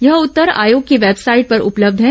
यह उत्तर आयोग की वेबसाइट पर उपलब्ध है